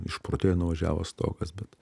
išprotėjo nuvažiavo stogas bet